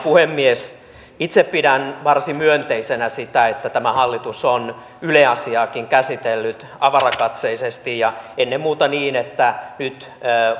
puhemies itse pidän varsin myönteisenä sitä että tämä hallitus on yle asiaakin käsitellyt avarakatseisesti ja ennen muuta niin että nyt